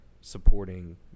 supporting